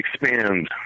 expand